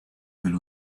will